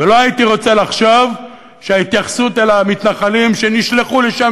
ולא הייתי רוצה לחשוב שההתייחסות אל המתנחלים שנשלחו לשם,